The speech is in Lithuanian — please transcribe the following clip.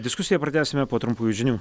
diskusiją pratęsime po trumpųjų žinių